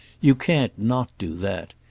you can't not do that.